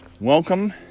welcome